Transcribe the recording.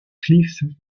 cliff